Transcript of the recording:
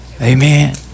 amen